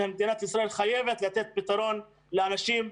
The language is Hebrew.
שמדינת ישראל חייבת לתת פתרון לאנשים.